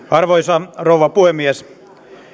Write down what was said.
arvoisa rouva puhemies